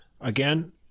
again